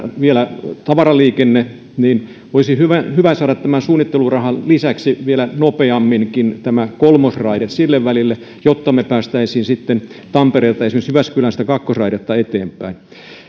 vielä tavaraliikenne niin olisi hyvä saada tämän suunnittelurahan lisäksi vielä nopeamminkin tämä kolmosraide sille välille jotta me pääsisimme sitten tampereelta esimerkiksi jyväskylään sitä kakkosraidetta eteenpäin